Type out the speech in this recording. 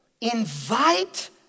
invite